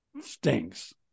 stinks